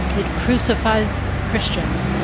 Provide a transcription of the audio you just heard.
it crucifies christians.